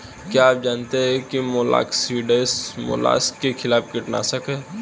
क्या आप जानते है मोलस्किसाइड्स मोलस्क के खिलाफ कीटनाशक हैं?